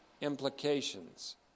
implications